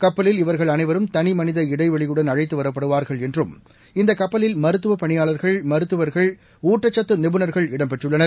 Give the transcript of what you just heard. கப்பலில் இவர்கள் அனைவரும் தனிமனித இடைவெளியுடன் அழைத்துவரப்படுவாா்கள் என்றும் இந்தகப்பலில் மருத்துவபணியாளர்கள் மருத்துவர்கள் ஊட்டச்சத்துறிபுணர்கள் இடம் பெற்றுள்ளனர்